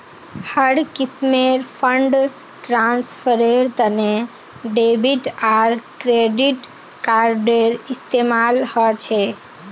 हर किस्मेर फंड ट्रांस्फरेर तने डेबिट आर क्रेडिट कार्डेर इस्तेमाल ह छे